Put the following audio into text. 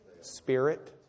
Spirit